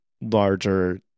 larger